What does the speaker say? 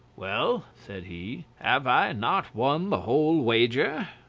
well, said he, have i not won the whole wager?